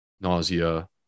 nausea